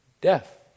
death